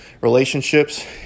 relationships